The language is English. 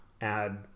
add